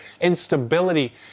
instability